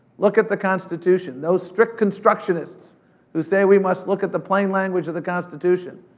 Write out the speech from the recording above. look at the constitution, those strict constructionists who say we must look at the plain language of the constitution.